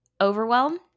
overwhelm